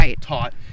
taught